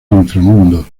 inframundo